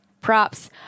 props